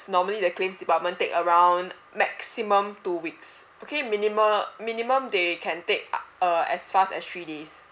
normally the claims department take around maximum two weeks okay minimal minimum they can take u~ uh as fast as three days